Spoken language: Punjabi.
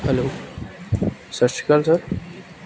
hello Sat Sri Akal sir